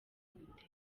gute